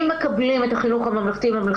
אם מקבלים את החינוך הממלכתי-ממלכתי-דתי,